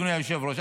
אדוני היושב-ראש.